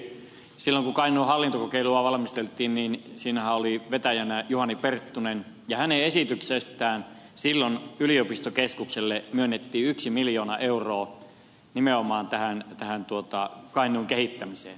silloin kun kainuun hallintokokeilua valmisteltiin niin siinähän oli vetäjänä juhani perttunen ja hänen esityksestään silloin yliopistokeskukselle myönnettiin miljoona euroa nimenomaan tähän kainuun kehittämiseen